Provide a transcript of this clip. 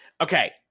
okay